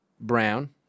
brown